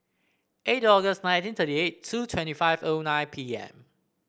eight August nineteen thirty eight two twenty five O nine P M